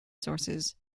sources